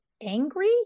angry